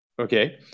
okay